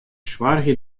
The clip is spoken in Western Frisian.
soargje